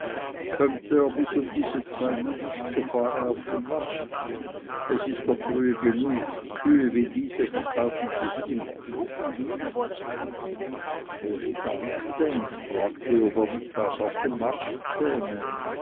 kömmt er bis um diese zeit nicht so fahre auf den markt es ist noch frühe genug kühe wie diese verkaufen sich immer uli dankte und fragte ob er nicht auch auf den markt käme